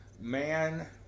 man